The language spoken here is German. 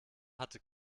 hatte